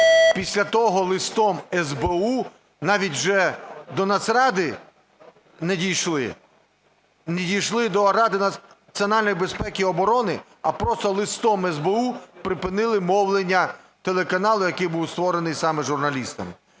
Після того листом СБУ, навіть вже до Нацради не дійшли, не дійшли до Ради національної безпеки і оборони, а просто листом СБУ припинили мовлення телеканалу, який був створений саме журналістами.